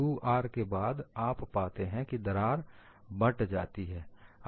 2R के बाद आप पाते हैं कि दरार बट जाती है